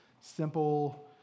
simple